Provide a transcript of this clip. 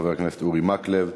חבר הכנסת אורי מקלב,